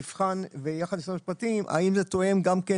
שייבחן ביחד עם משרד המשפטים האם זה תואם גם כן